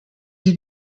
you